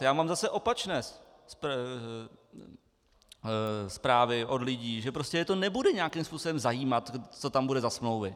Já mám zase opačné zprávy od lidí, že prostě je to nebude nějakým způsobem zajímat, co tam bude za smlouvy.